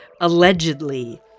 allegedly